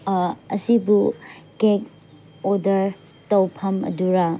ꯑꯁꯤꯕꯨ cake order ꯇꯧꯐꯝ ꯑꯗꯨꯔꯥ